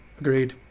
Agreed